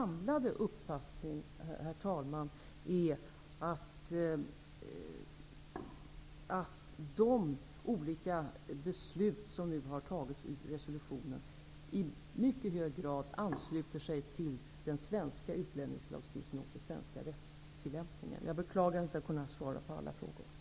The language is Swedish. Min uppfattning sammantaget, herr talman, är att de beslut som nu fattats och som inbegrips i resolutionen i mycket hög grad ansluter sig till den svenska utlänningslagstiftningen och den svenska rättstillämpningen. Jag beklagar att jag inte kunnat svara på alla frågorna.